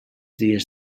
dies